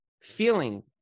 feeling